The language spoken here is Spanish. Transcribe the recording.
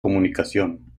comunicación